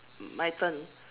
my turn